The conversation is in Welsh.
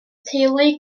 teulu